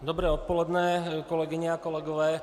Dobré odpoledne, kolegyně a kolegové.